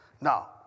Now